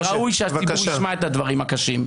וראוי שהציבור ישמע את הדברים הקשים.